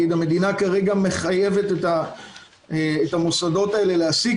המדינה מחייבת את המוסדות האלה להעסיק